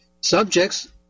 Subjects